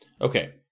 Okay